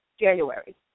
January